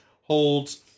holds